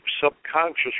subconscious